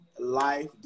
life